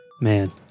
Man